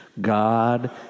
God